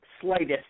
slightest